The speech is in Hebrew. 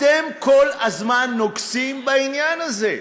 אתם כל הזמן נוגסים בעניין הזה.